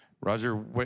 Roger